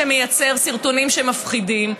שמייצר סרטונים שמפחידים,